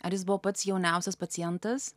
ar jis buvo pats jauniausias pacientas